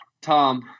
Tom